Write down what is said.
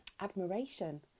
admiration